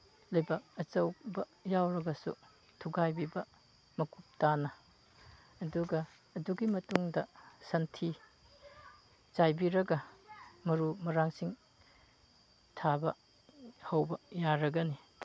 ꯂꯩꯕꯥꯛ ꯑꯆꯧꯕ ꯌꯥꯎꯔꯒꯁꯨ ꯊꯨꯒꯥꯏꯕꯤꯕ ꯃꯀꯨꯞ ꯇꯥꯅ ꯑꯗꯨꯒ ꯑꯗꯨꯒꯤ ꯃꯇꯨꯡꯗ ꯁꯟꯊꯤ ꯆꯥꯏꯕꯤꯔꯒ ꯃꯔꯨ ꯃꯔꯥꯡꯁꯤꯡ ꯊꯥꯕ ꯍꯧꯕ ꯌꯥꯔꯒꯅꯤ